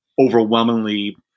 overwhelmingly